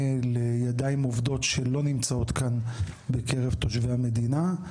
לידיים עוברות שלא נמצאות כאן בקרב תושבי המדינה.